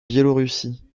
biélorussie